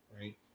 right